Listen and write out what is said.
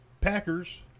Packers